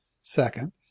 Second